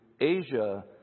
Asia